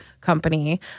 company